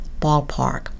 Ballpark